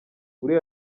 uri